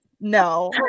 No